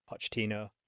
Pochettino